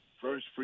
First